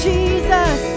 Jesus